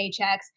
paychecks